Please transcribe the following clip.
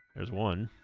there's one